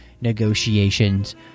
negotiations